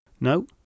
No